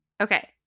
Okay